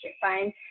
fine